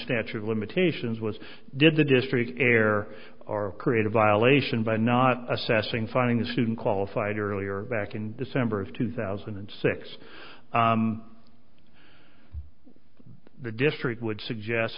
statute of limitations was did the district care are create a violation by not assessing finding the student qualified earlier back in december of two thousand and six the district would suggest